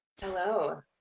Hello